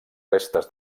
restes